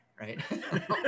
Right